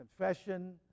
Confession